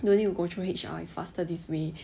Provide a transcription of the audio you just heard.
no need to go through H_R it's faster this way